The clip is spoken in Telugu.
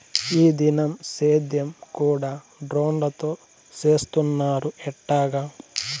ఈ దినం సేద్యం కూడ డ్రోన్లతో చేస్తున్నారు ఎట్టాగా